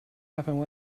happen